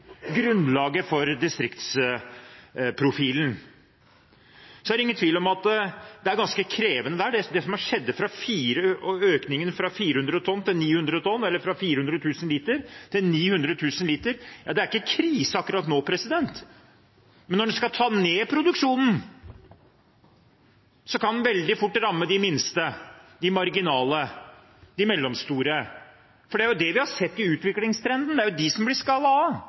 grunnlaget for distriktsprofilen. Det er ingen tvil om at økningene – fra 400 tonn til 900 tonn, eller fra 400 000 liter til 900 000 liter – er ganske krevende. Det er ikke krise akkurat nå, men når en skal ta ned produksjonen, kan en veldig fort ramme de minste, de marginale, de mellomstore. Det er det vi har sett i utviklingstrenden – det er disse som blir skallet av,